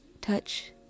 touch